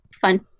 fun